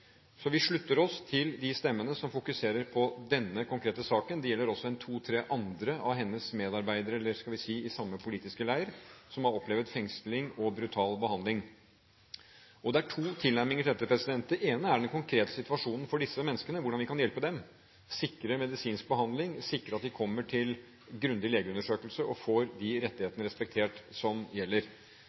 Så vi slutter oss til de stemmene som fokuserer på denne konkrete saken. Det gjelder også to–tre andre av hennes medarbeidere – eller skal vi si de er i samme politiske leir – som har opplevd fengsling og brutal behandling. Det er to tilnærminger til dette. Det ene er den konkrete situasjonen for disse menneskene – hvordan vi kan hjelpe dem med å sikre medisinsk behandling, sikre at de kommer til grundig legeundersøkelse, og sikre at de rettighetene som gjelder,